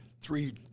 three